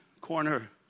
corner